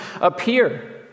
appear